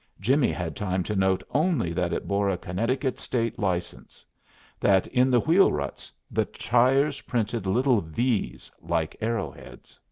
jimmie had time to note only that it bore a connecticut state license that in the wheel-ruts the tires printed little v's, like arrow-heads.